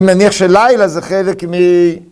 ‫מניח שלילה זה חלק מ...